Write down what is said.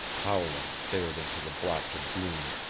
howland stared into the blotch of gloom,